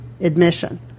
admission